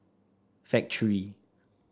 Factorie